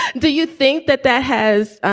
do you think that that has